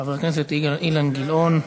חבר הכנסת אילן גילאון,